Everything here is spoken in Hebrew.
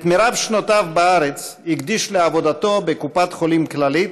את מרב שנותיו בארץ הקדיש לעבודתו בקופת חולים כללית,